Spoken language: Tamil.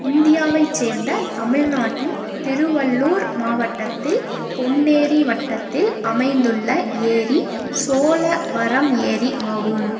இந்தியாவை சேர்ந்த தமிழ்நாட்டின் திருவள்ளூர் மாவட்டத்தில் பொன்னேரி வட்டத்தில் அமைந்துள்ள ஏரி சோழவரம் ஏரி ஆகும்